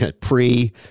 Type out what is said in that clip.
pre